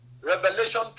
revelation